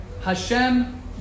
Hashem